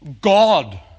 God